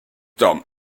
dem